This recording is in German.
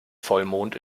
vollmond